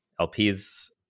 LPs